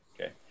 okay